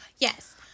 Yes